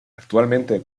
actualmente